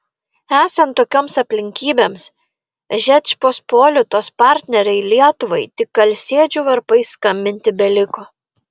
esant tokioms aplinkybėms žečpospolitos partnerei lietuvai tik alsėdžių varpais skambinti beliko